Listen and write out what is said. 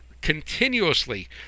continuously